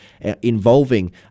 involving